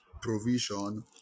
provision